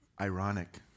ironic